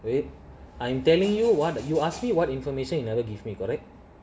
wait I'm telling you [what] you ask me what information you never give me correct